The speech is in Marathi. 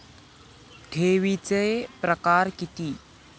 ठेवीचे प्रकार किती?